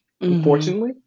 unfortunately